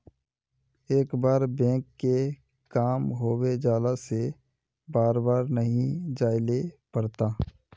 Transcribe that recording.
एक बार बैंक के काम होबे जाला से बार बार नहीं जाइले पड़ता?